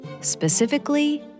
specifically